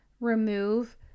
remove